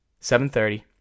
7.30